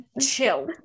chill